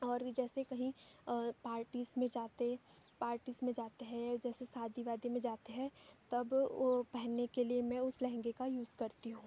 और जैसे कहीं पार्टीज़ में जाते पार्टीज़ में जाते हैं या जैसे शादी वादी में जाते है तब पहनने के लिए मैं उस लहंगे का यूज़ करती हूँ